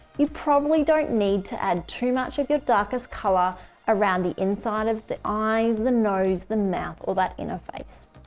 you probably don't need to add too much of your darkiest color around the inside of the eyes, the nose, the mouth or that inner face